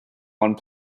one